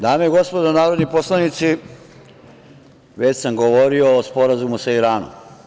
Dame i gospodo narodni poslanici, već sam govorio o Sporazumu sa Iranom.